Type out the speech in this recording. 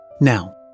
Now